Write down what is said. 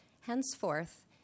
Henceforth